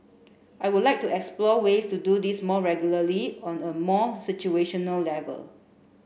I would like to explore ways to do this more regularly on a more level